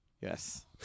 Yes